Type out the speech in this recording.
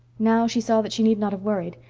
now she saw that she need not have worried.